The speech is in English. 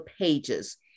pages